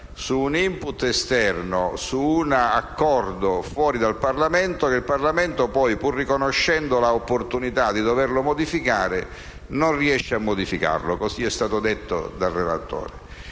su un *input* esterno per un accordo fuori dal Parlamento e che lo stesso Parlamento, pur riconoscendo l'opportunità di doverlo modificare, non riesca a farlo. Così è stato detto dal relatore.